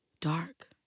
dark